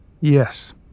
Yes